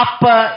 Apa